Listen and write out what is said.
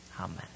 Amen